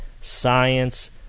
science